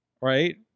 Right